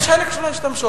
יש חלק שלא השתמשו.